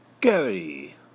Gary